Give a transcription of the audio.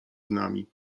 nami